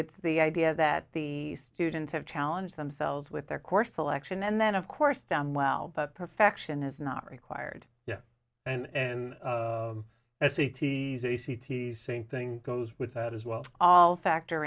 it's the idea that the students have challenge themselves with their course selection and then of course down well but perfection is not required and that c t s a c t same thing goes with out as well all factor